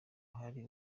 hari